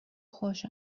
خوش